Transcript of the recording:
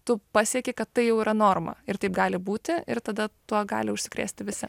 tu pasieki kad tai jau yra norma ir taip gali būti ir tada tuo gali užsikrėsti visi